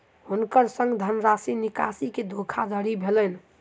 हुनकर संग धनराशि निकासी के धोखादड़ी भेलैन